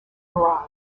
iran